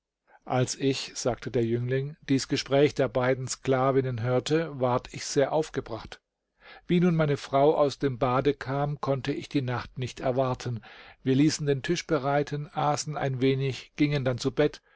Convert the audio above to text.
als ich sagte der jüngling dies gespräch der beiden sklavinnen hörte ward ich sehr aufgebracht wie nun meine frau aus dem bade kam konnte ich die nacht nicht erwarten wir ließen den tisch bereiten aßen ein wenig gingen dann zu bett